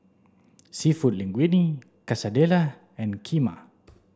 Seafood Linguine Quesadillas and Kheema